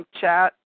chat